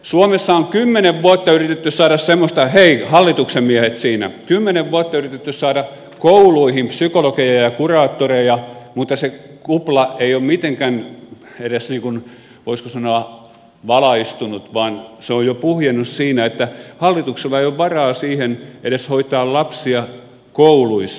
suomessa on kymmenen vuotta yritetty saada hei hallituksen miehet siinä kouluihin psykologeja ja kuraattoreja mutta se kupla ei ole mitenkään edes voisiko sanoa valaistunut vaan se on jo puhjennut siinä että hallituksella ei ole varaa edes hoitaa lapsia kouluissa